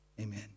amen